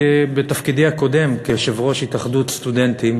בתפקידי הקודם כיושב-ראש התאחדות סטודנטים,